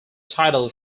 title